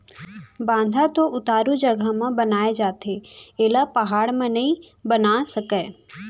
बांधा तो उतारू जघा म बनाए जाथे एला पहाड़ म नइ बना सकय